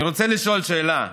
אני רוצה לשאול שאלה: